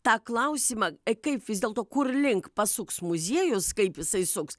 tą klausimą kaip vis dėlto kurlink pasuks muziejus kaip jisai suks